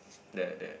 the the